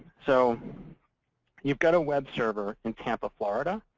so you've got a web server in tampa, florida.